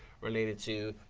related to,